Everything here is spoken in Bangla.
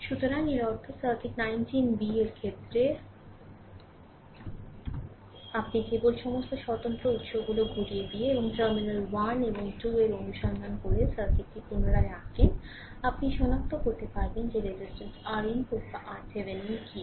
সুতরাং এর অর্থ সার্কিট 19 b এর ক্ষেত্রে আপনি কেবল সমস্ত স্বতন্ত্র উৎসগুলো ঘুরিয়ে দিয়ে এবং টার্মিনাল 1 এবং 2 থেকে অনুসন্ধান করে সার্কিটটি পুনরায় আঁকেন আপনি সনাক্ত করতে পারবেন যে রেজিস্ট্যান্স R input বা RThevenin কী